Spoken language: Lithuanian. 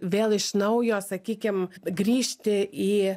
vėl iš naujo sakykim grįžti į